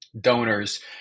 donors